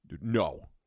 No